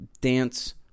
Dance